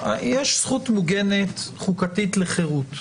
יש זכות מוגנת חוקתית לחירות,